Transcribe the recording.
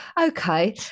Okay